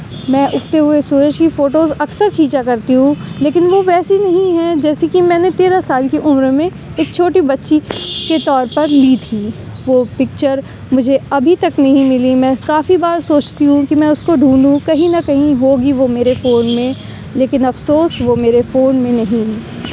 میں اگتے ہوئے سورج کی فوٹوز اکثر کھینچا کرتی ہوں لیکن وہ ویسی نہیں ہے جیسی کہ میں نے تیرہ سال کی عمر میں ایک چھوٹی بچی کے طور پر لی تھی وہ پکچر مجھے ابھی تک نہیں ملی میں کافی بار سوچتی ہوں کہ میں اس کو ڈھونڈوں کہیں نہ کہیں ہوگی وہ میرے فون میں لیکن افسوس وہ میرے فون میں نہیں